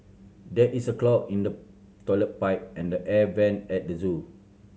there is a clog in the toilet pipe and the air vent at the zoo